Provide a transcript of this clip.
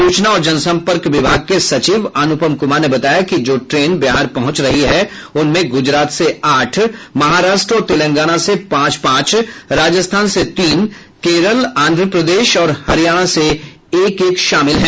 सूचना और जनसंपर्क विभाग के सचिव अनुपम कुमार ने बताया कि जो ट्रेन बिहार पहुंच रही है उनमें गुजरात से आठ महाराष्ट्र और तेलंगाना से पांच पांच राजस्थान से तीन केरल आंध्र प्रदेश तथा हरियाणा से एक एक शामिल हैं